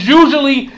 usually